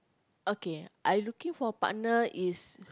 okay I looking for partner is